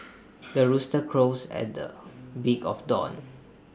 the rooster crows at the break of dawn